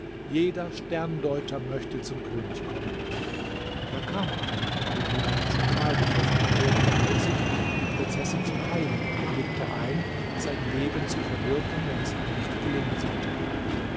jeder sterndeuter möchte zum könig kommen da kam einer den jemand im spital getroffen hatte und erbot sich die prinzessin zu heilen und willigte ein sein leben zu verwirken wenn es ihm nicht gelingen sollte